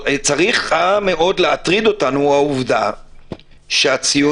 צריכה מאוד להטריד אותנו העבודה שהציונים,